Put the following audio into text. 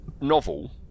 novel